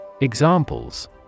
Examples